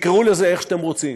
תקראו לזה איך שאתם רוצים,